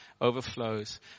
overflows